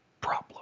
problem